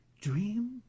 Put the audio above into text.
dream